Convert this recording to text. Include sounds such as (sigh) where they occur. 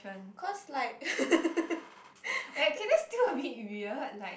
cause like (laughs)